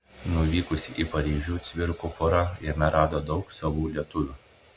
nuvykusi į paryžių cvirkų pora jame rado daug savų lietuvių